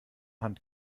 hand